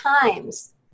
times